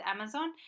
Amazon